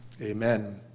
Amen